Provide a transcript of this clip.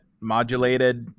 Modulated